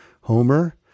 Homer